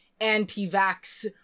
anti-vax